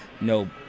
no